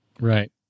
Right